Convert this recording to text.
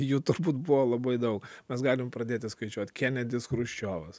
jų turbūt buvo labai daug mes galim pradėti skaičiuot kenedis chruščiovas